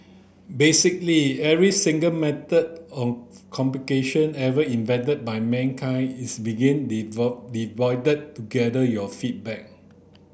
basically every single method of communication ever invented by mankind is begin deployed to gather your feedback